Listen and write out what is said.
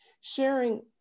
Sharing